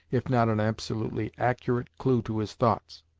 if not an absolutely accurate clue to his thoughts.